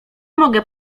mogę